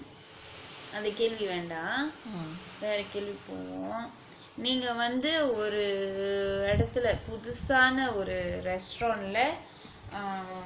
அந்த கேள்வி வேண்டாம் வேற கேள்வி போவோம் நீங்க வந்து ஒரு இடத்துல புதுசான ஒரு:antha kelvi vendaam vera kelvi povom neenga vanthu oru idathula puthusana oru restaurant lah